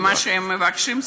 ומה שהם מבקשים,